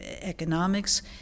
economics